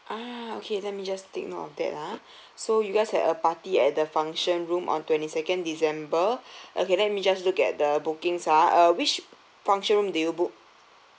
ah okay let me just take note of that ah so you guys had a party at the function room on twenty second december okay let me just look at the bookings ah err which function room did you book